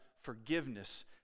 forgiveness